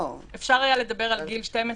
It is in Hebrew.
אפשר היה לדבר על גיל 12,